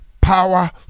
power